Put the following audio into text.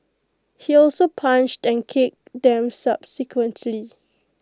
he also punched and kicked them subsequently